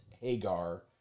hagar